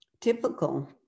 Typical